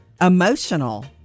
emotional